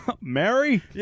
Mary